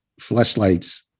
fleshlights